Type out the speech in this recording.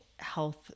health